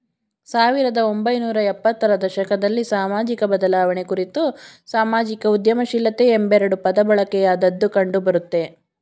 ಸಾವಿರದ ಒಂಬೈನೂರ ಎಪ್ಪತ್ತ ರ ದಶಕದಲ್ಲಿ ಸಾಮಾಜಿಕಬದಲಾವಣೆ ಕುರಿತು ಸಾಮಾಜಿಕ ಉದ್ಯಮಶೀಲತೆ ಎಂಬೆರಡು ಪದಬಳಕೆಯಾದದ್ದು ಕಂಡುಬರುತ್ತೆ